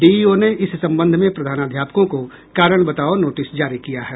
DEO ने इस संबंध में प्रधानाध्यापकों को कारण बताओ नोटिस जारी किया है